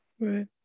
Right